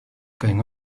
going